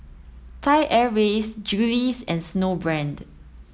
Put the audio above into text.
Thai Airways Julie's and Snowbrand